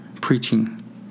preaching